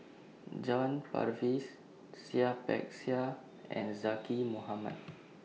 John Purvis Seah Peck Seah and Zaqy Mohamad